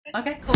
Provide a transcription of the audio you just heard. Okay